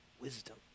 Wisdom